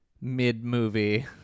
mid-movie